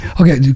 Okay